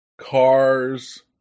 cars